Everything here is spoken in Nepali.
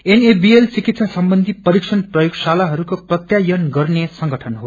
एनएबीएल चिकित्सा सम्बन्धी परीक्षण प्रयोगशालाइस्को प्रत्यापन गर्ने संगठन हो